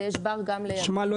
ויש בר גם לידו.